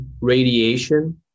radiation